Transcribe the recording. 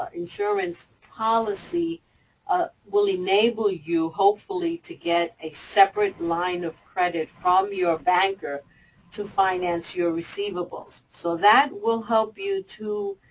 ah insurance policy ah will enable you, hopefully, to get a separate line of credit from your banker to finance your receivables. so that will help you to,